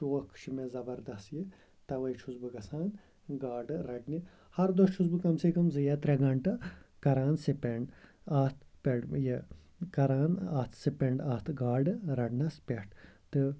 شوق چھِ مےٚ زبردَس یہِ تَوَے چھُس بہٕ گژھان گاڈٕ رَٹنہِ ہر دۄہ چھُس بہٕ کَم سے کَم زٕ یا ترٛےٚ گَںٛٹہٕ کَران سٕپٮ۪نٛڈ اَتھ پٮ۪ٹھ یہِ کَران اَتھ سٕپٮ۪نٛڈ اَتھ گاڈٕ رَٹنَس پٮ۪ٹھ تہٕ